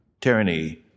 tyranny